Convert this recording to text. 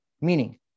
Meaning